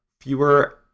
fewer